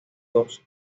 dos